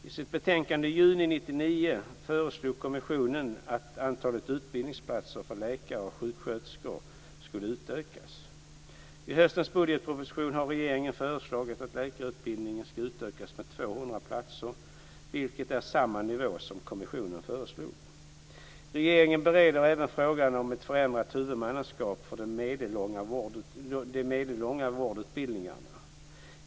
I sitt betänkande i juni 1999 föreslog kommissionen att antalet utbildningsplatser för läkare och sjuksköterskor skulle utökas. I höstens budgetproposition har regeringen föreslagit att läkarutbildningen ska utökas med 200 platser, vilket är samma nivå som kommissionen föreslog. Regeringen bereder även frågan om ett förändrat huvudmannaskap för de medellånga vårdutbildningarna.